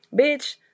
Bitch